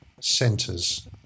centres